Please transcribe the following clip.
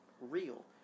real